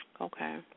Okay